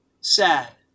sad